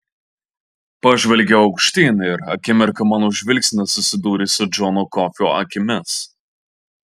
pažvelgiau aukštyn ir akimirką mano žvilgsnis susidūrė su džono kofio akimis